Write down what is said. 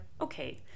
okay